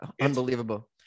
unbelievable